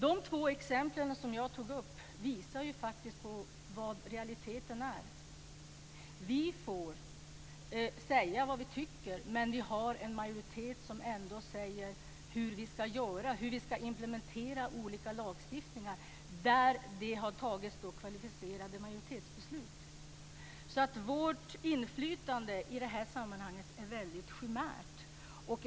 De två exempel som jag tog upp visar ju faktiskt på vad realiteten är. Vi får säga vad vi tycker, men vi har ändå en majoritet som talar om hur vi ska göra och hur vi ska implementera olika lagstiftningar som det har fattats kvalificerade majoritetsbeslut om. Vårt inflytande i det här sammanhanget är alltså väldigt chimäriskt.